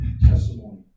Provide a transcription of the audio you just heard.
testimony